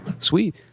Sweet